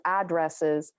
addresses